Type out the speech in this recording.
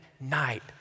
night